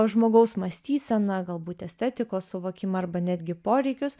žmogaus mąstyseną galbūt estetikos suvokimą arba netgi poreikius